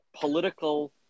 political